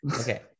Okay